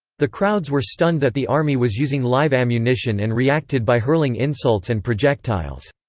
the crowds were stunned that the army was using live ammunition and reacted by hurling insults and projectiles.